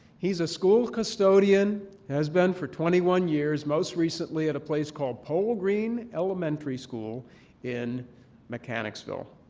he's a school custodian, has been for twenty one years, most recently at a place called pole green elementary school in mechanicsville.